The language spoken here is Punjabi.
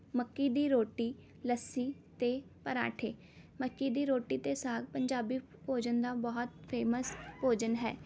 ਮੱਕੀ ਦੀ ਰੋਟੀ ਲੱਸੀ ਅਤੇ ਪਰਾਂਠੇ ਮੱਕੀ ਦੀ ਰੋਟੀ ਅਤੇ ਸਾਗ ਪੰਜਾਬੀ ਭੋਜਨ ਦਾ ਬਹੁਤ ਫ਼ੇਮਸ ਭੋਜਨ ਹੈ